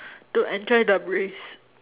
to enjoy the breeze